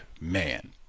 man